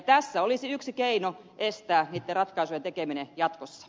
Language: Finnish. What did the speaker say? tässä olisi yksi keino estää niitten ratkaisujen tekeminen jatkossa